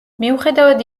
მიუხედავად